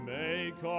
make